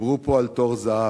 דיברו פה על תור זהב,